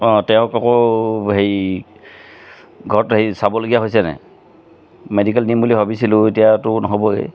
অঁ তেওঁক আকৌ হেৰি ঘৰত হেৰি চাবলগীয়া হৈছেনে মেডিকেল নিম বুলি ভাবিছিলো এতিয়াতো নহ'বই